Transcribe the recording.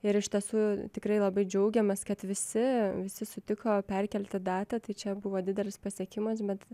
ir iš tiesų tikrai labai džiaugiamės kad visi visi sutiko perkelti datą tai čia buvo didelis pasiekimas bet